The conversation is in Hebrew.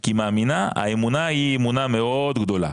כי היא מאמינה האמונה היא אמונה מאוד גדולה.